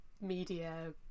media